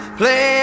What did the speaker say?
play